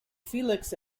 felix